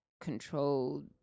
controlled